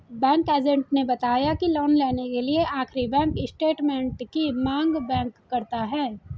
bank agent ने बताया की लोन लेने के लिए आखिरी बैंक स्टेटमेंट की मांग बैंक करता है